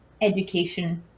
education